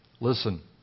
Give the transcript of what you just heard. Listen